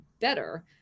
better